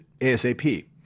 ASAP